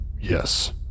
Yes